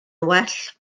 well